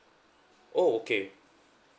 oh okay